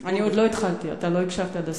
אני עוד לא התחלתי, אתה לא הקשבת עד הסוף.